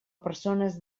persones